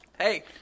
Hey